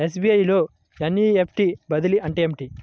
SBI లో NEFT బదిలీ అంటే ఏమిటి?